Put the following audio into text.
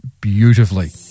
beautifully